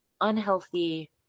unhealthy